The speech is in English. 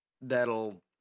that'll